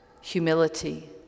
Humility